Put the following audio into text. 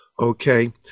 Okay